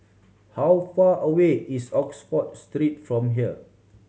how far away is Oxford Street from here